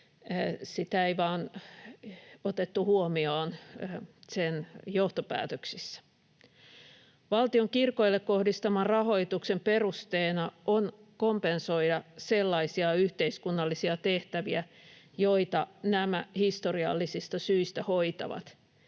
sitä ei vain otettu huomioon sen johtopäätöksissä. Valtion kirkoille kohdistaman rahoituksen perusteena on kompensoida sellaisia yhteiskunnallisia tehtäviä, joita nämä historiallisista syistä hoitavat.